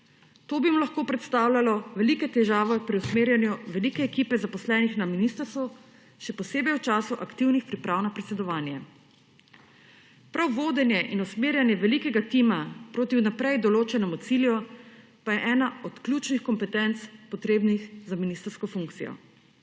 To bi mu lahko predstavljalo velike težave pri usmerjanju velike ekipe zaposlenih na ministrstvu, še posebej v času aktivnih priprav na predsedovanje. Prav vodenje in usmerjanje velikega tima proti vnaprej določenemu cilju, pa je ena od ključnih kompetenc, potrebnih za ministrsko funkcijo.